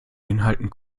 inhalten